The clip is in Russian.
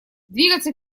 двигаться